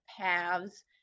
paths